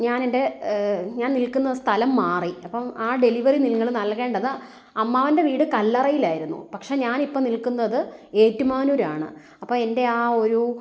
ഞാനെൻ്റെ ഞാൻ നിൽക്കുന്ന സ്ഥലം മാറി അപ്പം ആ ഡെലിവറി നിങ്ങൾ നൽകേണ്ടത് അമ്മാവൻ്റെ വീട് കല്ലറയിലായിരുന്നു പക്ഷേ ഞാനിപ്പം നിൽക്കുന്നത് ഏറ്റുമാനൂരാണ് അപ്പം എൻ്റെ ആ ഒരു